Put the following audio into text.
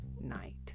night